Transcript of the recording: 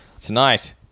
Tonight